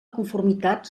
conformitat